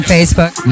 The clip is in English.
Facebook